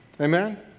Amen